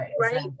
right